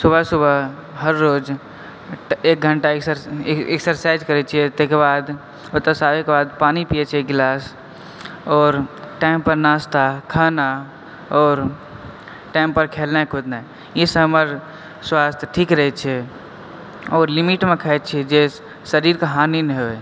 सुबह सुबह हर रोज एक घण्टा एक्सरसाइज करै छियै तइके बाद ओतऽसँ आबैके बाद पानी पियै छियै एक गिलास और टाइम पर नास्ता खाना और टाइम पर खेलनाइ कुदनाइ ई सऽ हमर स्वास्थ ठीक रहै छै और लिमिट मे खाइ छियै जे शरीरके हानि नै होइ